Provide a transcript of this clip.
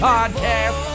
Podcast